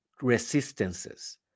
resistances